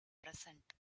present